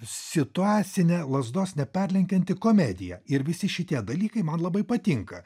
situacinė lazdos neperlenkianti komedija ir visi šitie dalykai man labai patinka